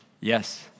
Yes